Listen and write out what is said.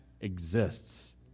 exists